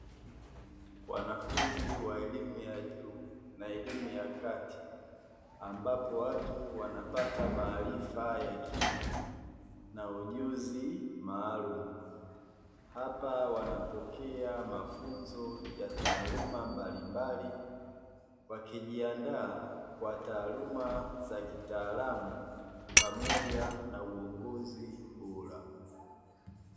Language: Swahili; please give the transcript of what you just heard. Wanafunzi wa elimu ya juu na elimu ya kati ambapo watu wanapata maarifa ya kina na ujuzi maalumu, hapa wanapopokea mafunzo ya taaluma mbalimbali wakijiandaa kwa taaluma za kitaalamu pamoja na uongozi.